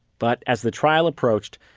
but as the trial approached,